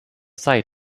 site